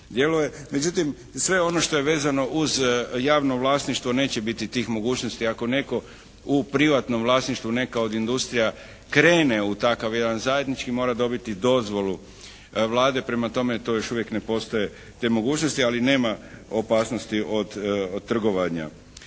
Međutim, sve ono što je vezano uz javno vlasništvo neće biti tih mogućnosti ako netko u privatnom vlasništvu neka od industrija krene u takav jedan zajednički mora dobiti dozvolu Vlade. Prema tome, to još uvijek ne postoje te mogućnosti. Ali nema opasnosti od trgovanja